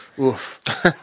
Oof